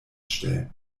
stellen